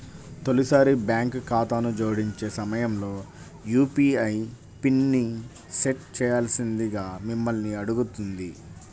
తొలిసారి బ్యాంక్ ఖాతాను జోడించే సమయంలో యూ.పీ.ఐ పిన్ని సెట్ చేయాల్సిందిగా మిమ్మల్ని అడుగుతుంది